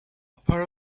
part